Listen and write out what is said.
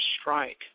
strike